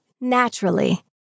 naturally